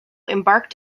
embarked